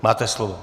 Máte slovo.